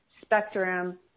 spectrum